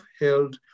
held